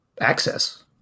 access